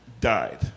died